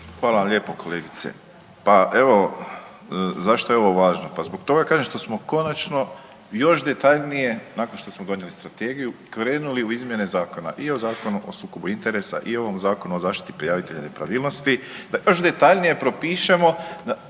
vam lijepo kolegice. Pa evo, zašto je ovo važno? Pa zbog toga kažem što smo konačno još detaljnije nakon što smo donijeli strategiju krenuli u izmjene zakona i o Zakonu o sukobu interesa i o ovom Zakonu o zaštiti prijavitelja nepravilnosti da još detaljnije propišemo